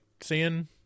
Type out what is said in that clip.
seeing